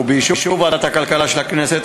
באישור ועדת הכלכלה של הכנסת,